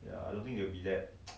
hmm